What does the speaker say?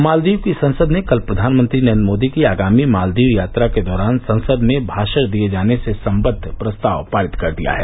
मालदीव की संसद ने कल प्रधानमंत्री नरेन्द्र मोदी की आगामी मालदीव यात्रा के दौरान संसद में भाषण दिए जाने से सम्बद्ध प्रस्ताव पारित कर दिया है